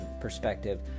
perspective